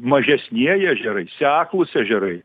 mažesnieji ežerai seklūs ežerai